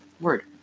Word